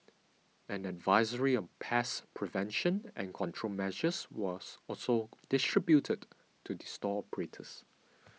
an advisory on pest prevention and control measures was also distributed to the store operators